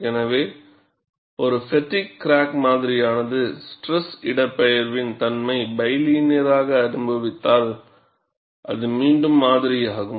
எனவே ஒரு fatigue crack மாதிரியானது ஸ்ட்ரெஸ் இடப்பெயர்வின் தன்மை பைலினியராக அனுபவித்தால் அது மீண்டும் மாதிரியாகும்